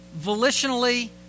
volitionally